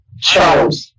Charles